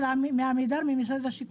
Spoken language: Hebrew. מעמידר, ממשרד השיכון.